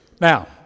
Now